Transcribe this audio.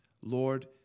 Lord